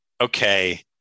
okay